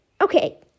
Okay